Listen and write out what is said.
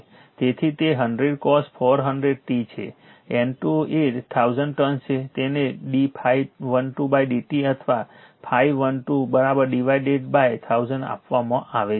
તેથી તે 100 cos 400 t છે N2 એ 1000 ટર્ન્સ છે તેને d ∅12 dt અથવા ∅12 ડીવાઇડેડ 1000 આપવામાં આવે છે